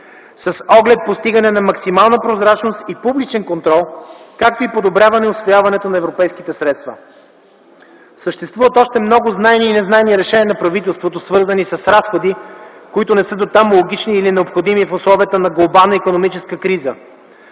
с оглед постигане на максимална прозрачност и публичен контрол, както и подобряване усвояването на европейските средства. Съществуват още много знайни и незнайни решения на правителството, свързани с разходи, които не са дотам логични или необходими в условията на глобална икономическа криза.